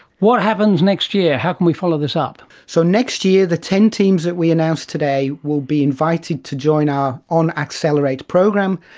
what happens next year, how can we follow this up? so next year the ten teams that we announced today will be invited to join our on accelerate program,